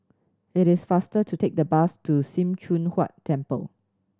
it is faster to take the bus to Sim Choon Huat Temple